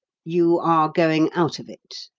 you are going out of it,